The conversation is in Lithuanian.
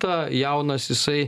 tą jaunas jisai